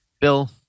Bill